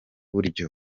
buryo